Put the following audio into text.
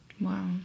Wow